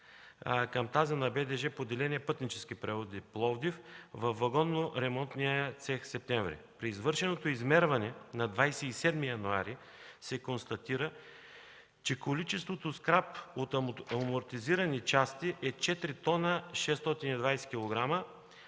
към тази на БДЖ – Поделение „Пътнически превози” – Пловдив, във Вагоноремонтния цех в Септември. При извършеното измерване на 27 януари 2014 г. се констатира, че количеството скрап от амортизирани части е 4 т 620 кг,